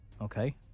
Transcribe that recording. Okay